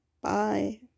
bye